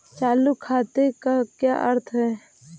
चालू खाते का क्या अर्थ है?